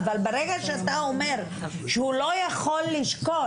אבל ברגע שאתה אומר שהוא לא יכול לשקול